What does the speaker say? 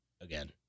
again